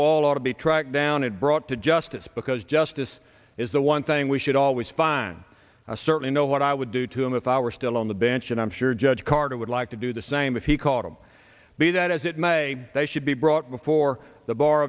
wall ought to be tracked down and brought to justice because justice is the one thing we should always find i certainly know what i would do to him with our still on the bench and i'm sure judge carter would like to do the same if he caught him be that as it may they should be brought before the bar